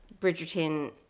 Bridgerton